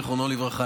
זיכרונו לברכה,